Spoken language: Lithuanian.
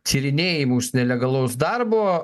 tyrinėjimus nelegalaus darbo